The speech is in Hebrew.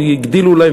כי הגדילו להן,